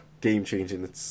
game-changing